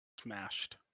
smashed